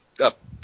up